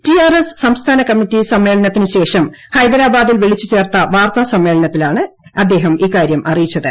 TRS സംസ്ഥാന് committee സമ്മേളനത്തിനുശേഷം ഹൈദരാബാദിൽ വിളിച്ചുചേർത്ത വാർത്താസമ്മേളനത്തിലാണ് അദ്ദേഹം ഇക്കാര്യം അറിയിച്ചത്